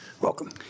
welcome